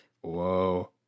Whoa